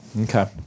okay